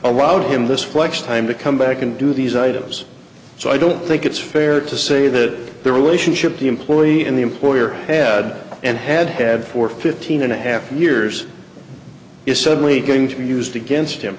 allowed him this flex time to come back and do these items so i don't think it's fair to say that their relationship the employee and the employer had and had had for fifteen and a half years is suddenly going to be used against him